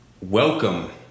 Welcome